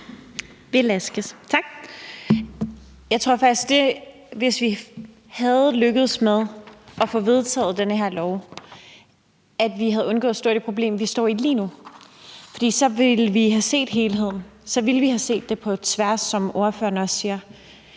Jeg tror faktisk, at hvis vi havde lykkedes med at få vedtaget den her lov, havde vi undgået at stå i det problem, vi står i lige nu, for så ville vi have set helheden. Så ville vi have set det på tværs, som ordføreren også siger.